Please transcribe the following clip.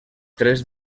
tres